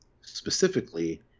specifically